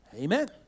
Amen